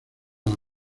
ana